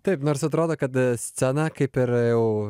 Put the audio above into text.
taip nors atrodo kad scena kaip ir jau